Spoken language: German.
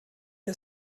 der